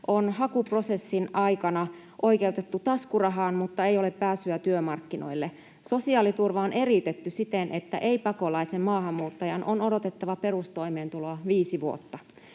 on hakuprosessin aikana oikeutettu taskurahaan, mutta ei ole pääsyä työmarkkinoille. Sosiaaliturva on eriytetty siten, että ei-pakolaisen maahanmuuttajan on odotettava perustoimeentuloa viisi vuotta.